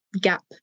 gap